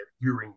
hearing